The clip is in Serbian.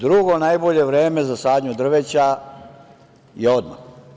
Drugo najbolje vreme za sadnju drveća je odmah.